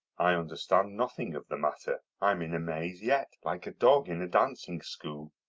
i understand nothing of the matter i'm in a maze yet, like a dog in a dancing school.